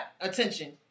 attention